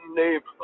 name